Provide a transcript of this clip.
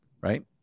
right